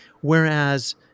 Whereas